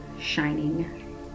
shining